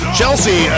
Chelsea